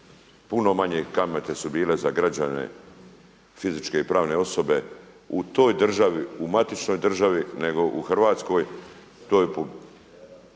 puno manje kamate su bile za građane, fizičke i pravne osobe u toj državi, u matičnoj državi nego u Hrvatskoj. To je bilo